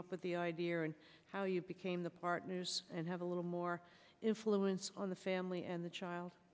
up with the idea and how you became the partners and have a little more influence on the family and the